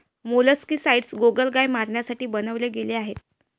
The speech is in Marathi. मोलस्कीसाइडस गोगलगाय मारण्यासाठी बनवले गेले आहे